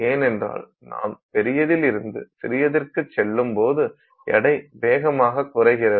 ஏனென்றால் நாம் பெரியதிலிருந்து சிறியதற்கு செல்லும்போது எடை வேகமாக குறைகிறது